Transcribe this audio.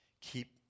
Keep